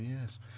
yes